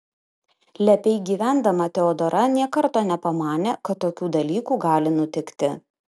lepiai gyvendama teodora nė karto nepamanė kad tokių dalykų gali nutikti